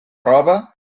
roba